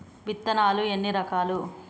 విత్తనాలు ఎన్ని రకాలు?